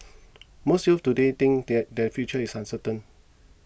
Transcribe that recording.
most youths today think that their future is uncertain